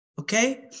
Okay